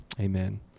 amen